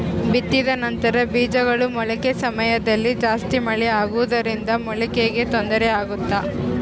ಬಿತ್ತಿದ ನಂತರ ಬೇಜಗಳ ಮೊಳಕೆ ಸಮಯದಲ್ಲಿ ಜಾಸ್ತಿ ಮಳೆ ಆಗುವುದರಿಂದ ಮೊಳಕೆಗೆ ತೊಂದರೆ ಆಗುತ್ತಾ?